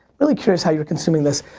really curious how you're consuming this.